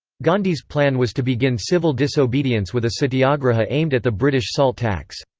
gandhi's plan was to begin civil disobedience with a satyagraha aimed at the british salt tax.